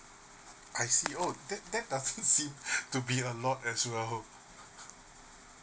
I see oh that that doesn't seem to be a lot as well